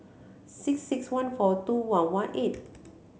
six six one four two one one eight